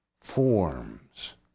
forms